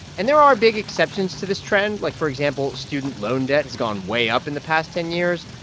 and there are big exceptions to this trend, like, for example, student loan debt has gone way up in the past ten years.